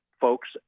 folks